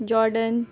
jordan